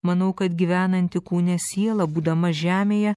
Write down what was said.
manau kad gyvenanti kūne siela būdama žemėje